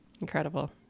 Incredible